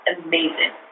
amazing